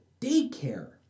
daycare